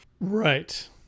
Right